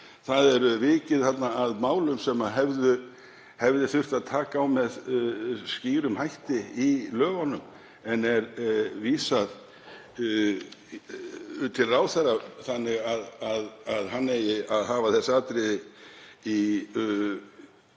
Það er vikið að málum sem hefði þurft að taka á með skýrum hætti í lögunum en er vísað til ráðherra þannig að hann eigi að hafa þessi atriði í